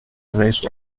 geweest